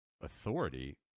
authority